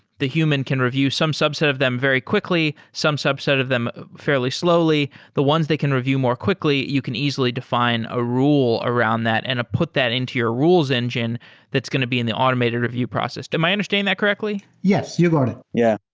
the human can review some subset of them very quickly. some subset of them fairly slowly. the ones they can review more quickly, you can easily define a rule around that and put that into your rules engine that's going to be in the automated review process. am i understanding that correctly? yes, you got it. yeah.